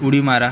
उडी मारा